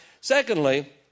Secondly